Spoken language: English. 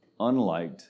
unliked